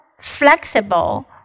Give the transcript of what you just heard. flexible